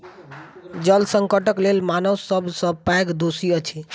जल संकटक लेल मानव सब सॅ पैघ दोषी अछि